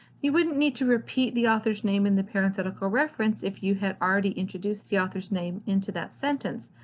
you wouldn't need to repeat the author's name in the parenthetical reference if you had already introduced the author's name into that sentence,